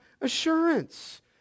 assurance